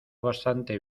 bastante